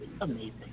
amazing